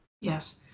Yes